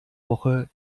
woche